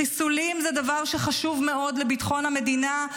חיסולים זה דבר שחשוב מאוד לביטחון המדינה,